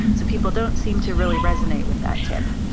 so, people don't seem to really resonate with that tip.